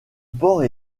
port